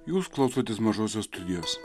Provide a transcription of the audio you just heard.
jūs klausotės mažosios studijos